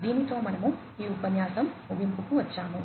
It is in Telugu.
దీనితో మనము ఈ ఉపన్యాసం ముగింపుకు వచ్చాము